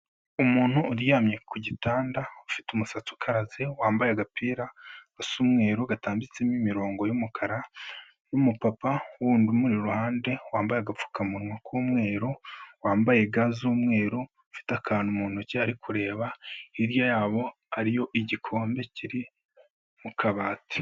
Umuntu uryamye ku gitanda, ufite umusatsi ukaraze, wambaye agapira gasa umweru gatambitsemo imirongo y'umukara n'umupapa wundi umuri iruhande wambaye agapfukamunwa k'umweru, wambaye ga z'umweru, ufite akantu mu ntoki ari kureba, hirya yabo hariyo igikombe kiri mu kabati.